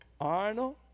Arnold